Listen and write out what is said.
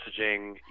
messaging